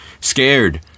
scared